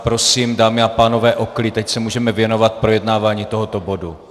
Prosím, dámy a pánové, o klid, ať se můžeme věnovat projednávání tohoto bodu!